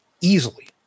easily